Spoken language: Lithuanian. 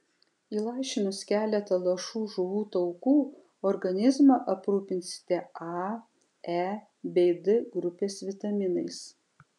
įlašinus keletą lašų žuvų taukų organizmą aprūpinsite a e bei d grupės vitaminais